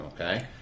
okay